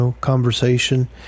conversation